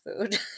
food